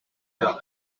iddo